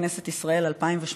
בכנסת ישראל 2018,